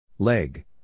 Leg